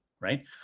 right